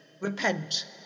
Repent